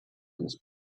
eines